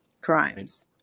crimes